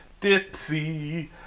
Dipsy